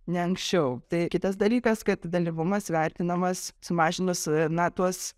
ne anksčiau tai kitas dalykas kad dalyvumas vertinamas sumažinus na tuos